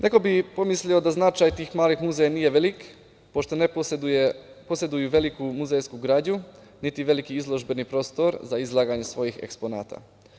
Neko bi pomislio da značaj tih malih muzeja nije veliki, pošto ne poseduju veliku muzejsku građu, niti veliki izložbeni prostor za izlaganje svojih eksponata.